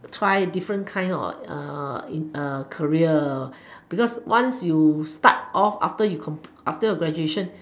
try different kinds of career because once you start off after you after your graduation